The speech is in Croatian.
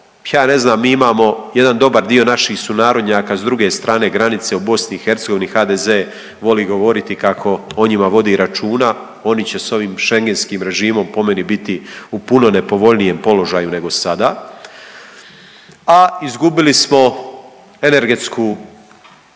ja ne znam mi imamo jedan dobar dio naših sunarodnjaka s druge strane granice u BiH, HDZ voli govoriti kako o njima vodi računa, oni će s ovim schengenskim režimom po meni biti u puno nepovoljnijem položaju nego sada, a izgubili smo energetsku